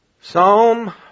Psalm